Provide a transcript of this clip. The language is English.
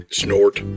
snort